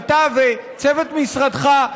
אתה וצוות משרדך,